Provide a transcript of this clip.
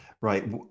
right